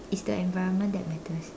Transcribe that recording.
it's the environment that matters